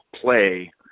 play